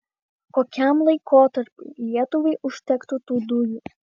kokiam laikotarpiui lietuvai užtektų tų dujų